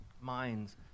minds